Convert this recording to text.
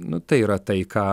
nu tai yra tai ką